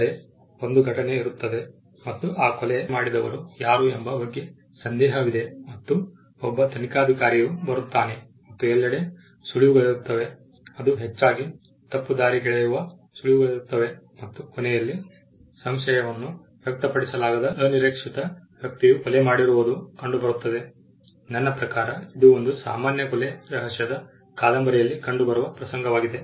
ಅಂದರೆ ಒಂದು ಘಟನೆ ಇರುತ್ತದೆ ಮತ್ತು ಆ ಕೊಲೆ ಮಾಡಿದವರು ಯಾರು ಎಂಬ ಬಗ್ಗೆ ಸಂದೇಹವಿದೆ ಮತ್ತು ಒಬ್ಬ ತನಿಖಾಧಿಕಾರಿಯು ಬರುತ್ತಾನೆ ಮತ್ತು ಎಲ್ಲೆಡೆ ಸುಳಿವುಗಳಿರುತ್ತವೆ ಅದು ಹೆಚ್ಚಾಗಿ ತಪ್ಪುದಾರಿಗೆಳೆಯುವ ಸುಳಿವುಗಳಿರುತ್ತವೆ ಮತ್ತು ಕೊನೆಯಲ್ಲಿ ಸಂಶಯವನ್ನು ವ್ಯಕ್ತಪಡಿಸಲಾಗದ ಅನಿರೀಕ್ಷಿತ ವ್ಯಕ್ತಿಯು ಕೊಲೆ ಮಾಡಿರುವುದು ಕಂಡುಬರುತ್ತದೆ ನನ್ನ ಪ್ರಕಾರ ಇದು ಒಂದು ಸಾಮಾನ್ಯ ಕೊಲೆ ರಹಸ್ಯದ ಕಾದಂಬರಿಯಲ್ಲಿ ಕಂಡುಬರುವ ಪ್ರಸಂಗವಾಗಿದೆ